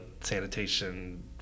sanitation